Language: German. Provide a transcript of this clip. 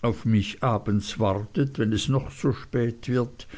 auf mich abends wartet wenn es noch so spät wird